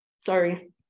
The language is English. Sorry